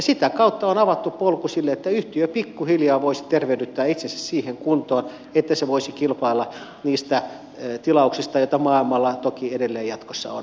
sitä kautta on avattu polku sille että yhtiö pikkuhiljaa voisi tervehdyttää itsensä siihen kuntoon että se voisi kilpailla niistä tilauksista joita maailmalla toki edelleen jatkossa on